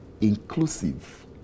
inclusive